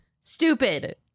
Stupid